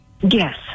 Yes